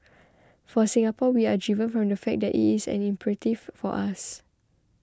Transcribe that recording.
for Singapore we are driven from the fact that it is an imperative for us